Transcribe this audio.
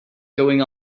going